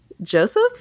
Joseph